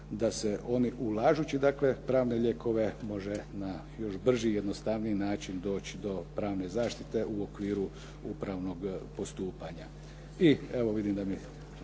da se oni ulažući dakle pravne lijekove može na još brži i jednostavniji način doći do pravne zaštite u okviru upravnog postupanja.